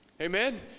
Amen